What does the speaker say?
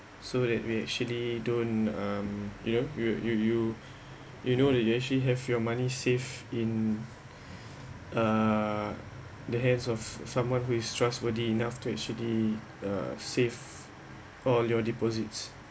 so that we actually don't um you know you you you you know that you actually have your money save in uh the hands of someone who is trustworthy enough to actually uh safe oh your deposits